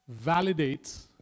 validates